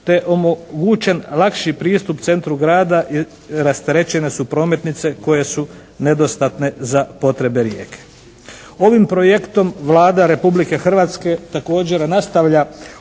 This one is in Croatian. te omogućen lakši pristup centru grada i rasterećene su prometnice koje su nedostatne za potrebe Rijeke. Ovim projektom Vlada Republike Hrvatske također nastavlja